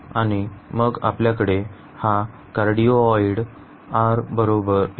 आणि मग आपल्याकडे हा कार्डीओआइड r 1 आहे